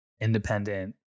independent